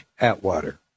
Atwater